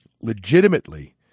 legitimately